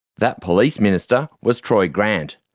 that police minister was troy grant.